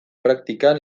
praktikan